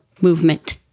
movement